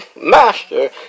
master